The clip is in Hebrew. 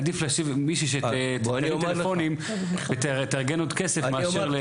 עדיף להושיב מישהי שתענה לטלפונים ותארגן עוד כסף מאשר,